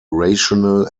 rational